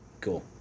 cool